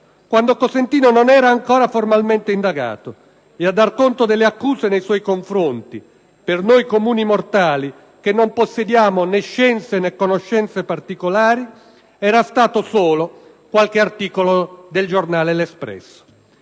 quando Cosentino non era ancora formalmente indagato, e a dar conto delle accuse nei suoi confronti, per noi comuni mortali che non possediamo né scienze né conoscenze particolari, era stato solo qualche articolo del giornale «L'espresso».